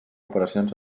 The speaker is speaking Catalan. operacions